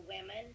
women